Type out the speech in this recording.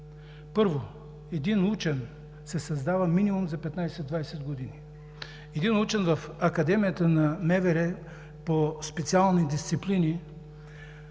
Първо, един учен се създава минимум за 15 – 20 години. За един учен в Академията на МВР по специални дисциплини